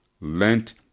Lent